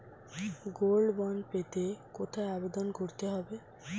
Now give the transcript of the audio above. Gold bond পেতে কোথায় আবেদন করতে হবে?